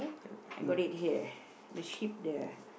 I got it here the ship there